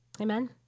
Amen